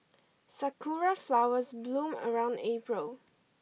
sakura flowers bloom around April